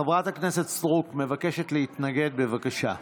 חברת הכנסת סטרוק מבקשת להתנגד, בבקשה.